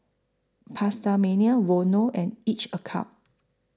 PastaMania Vono and Each A Cup